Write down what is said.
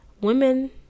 women